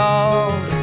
Love